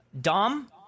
Dom